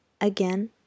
Again